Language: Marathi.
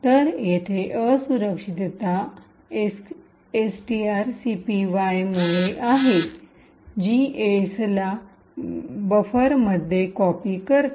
तर येथे असुरक्षितता एसटीआरसीपीवाय मुळे आहे जी एसला बफरमध्ये कॉपी करते